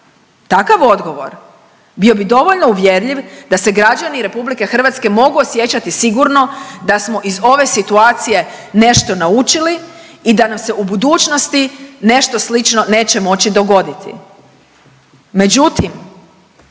Takav odgovor bio bi dovoljno uvjerljiv da se građani RH mogu osjećati sigurno da smo iz ove situacije nešto naučili i da nam se u budućnosti nešto slično neće moći dogoditi.